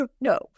No